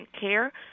care